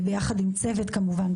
ביחד עם צוות כמובן,